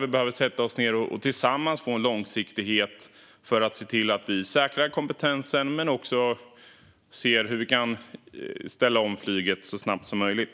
Vi behöver sätta oss ned och tillsammans ta fram en långsiktig lösning för att säkra kompetensen och ställa om flyget så snabbt som möjligt.